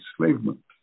enslavement